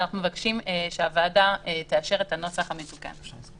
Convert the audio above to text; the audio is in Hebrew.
ואנחנו מבקשים שהוועדה תאשר את הנוסח המתוקן.